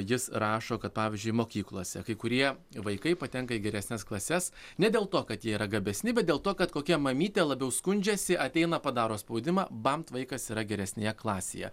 jis rašo kad pavyzdžiui mokyklose kai kurie vaikai patenka į geresnes klases ne dėl to kad jie yra gabesni bet dėl to kad kokia mamytė labiau skundžiasi ateina padaro spaudimą bambt vaikas yra geresnėje klasėje